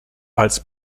als